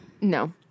No